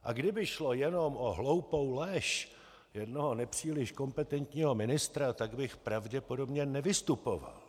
A kdyby šlo jenom o hloupou lež jednoho nepříliš kompetentního ministra, tak bych pravděpodobně nevystupoval.